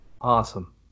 awesome